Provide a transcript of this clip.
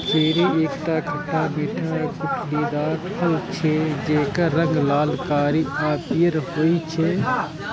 cherry एकटा खट्टा मीठा गुठलीदार फल छियै, जेकर रंग लाल, कारी आ पीयर होइ छै